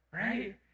right